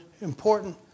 important